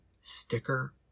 sticker